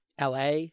LA